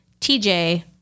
TJ